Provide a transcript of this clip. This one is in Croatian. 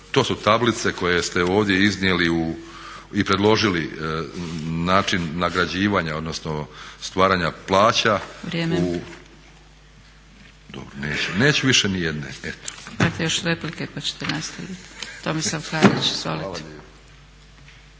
To su tablice koje ste ovdje iznijeli i predložili način nagrađivanja odnosno stvaranja plaća… …/Upadica Zgrebec: Vrijeme./… Dobro, neću više nijedne. Eto.